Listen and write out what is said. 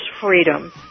freedom